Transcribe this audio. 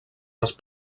les